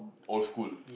old school